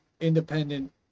independent